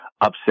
upset